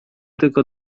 tylko